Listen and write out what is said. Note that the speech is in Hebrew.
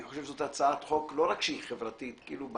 אני חושב שזאת הצעת חוק שהיא לא רק חברתית בהגדרה,